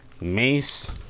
Mace